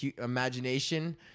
imagination